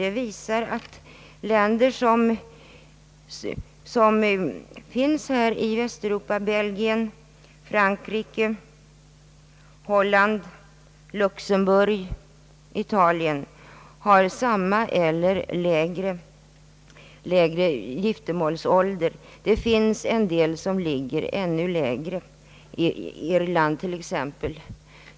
De visar att många länder i Västeuropa — Belgien, Frankrike, Holland, Luxemburg, Italien — har samma eller lägre giftermålsålder. Det finns en del som ligger ännu lägre, t.ex. Irland.